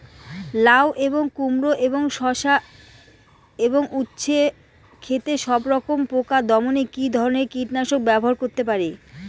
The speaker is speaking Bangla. লাউ এবং কুমড়ো এবং উচ্ছে ও শসা ক্ষেতে সবরকম পোকা দমনে কী ধরনের কীটনাশক ব্যবহার করতে পারি?